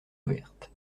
ouverte